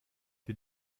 die